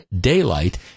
daylight